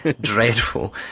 dreadful